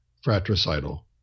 fratricidal